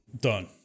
Done